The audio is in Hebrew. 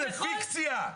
זו פיקציה,